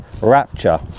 rapture